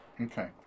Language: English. Okay